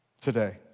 today